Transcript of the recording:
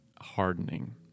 hardening